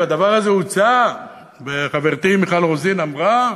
והדבר הזה הוצע וחברתי מיכל רוזין אמרה,